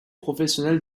professionnel